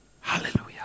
Hallelujah